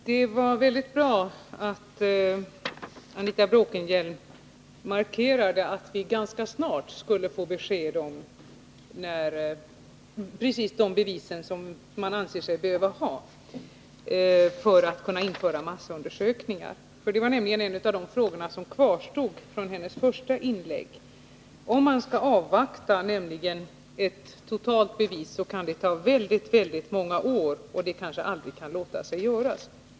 Herr talman! Det var mycket bra att Anita Bråkenhielm markerade att vi ganska snart skulle få exakt besked om de bevis som man anser sig behöva ha för att kunna införa massundersökningar. Det var nämligen en av de frågor som kvarstod från hennes första inlägg. Om man skall avvakta en total bevisning, kan det nämligen dröja många år, och det kanske aldrig kan låta sig göras.